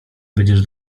będziesz